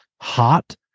hot